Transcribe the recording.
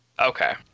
Okay